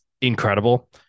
incredible